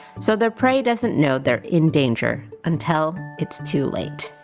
so their prey doesn't know they're in danger until it's too late.